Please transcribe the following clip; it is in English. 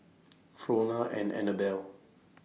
Frona and Annabelle